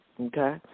okay